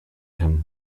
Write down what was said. him